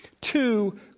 Two